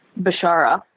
Bashara